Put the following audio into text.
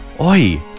oi